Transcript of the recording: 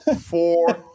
Four